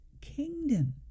kingdom